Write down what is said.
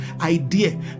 idea